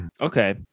okay